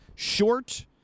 Short